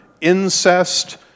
incest